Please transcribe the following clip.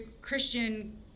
Christian